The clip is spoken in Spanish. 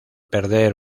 perder